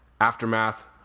aftermath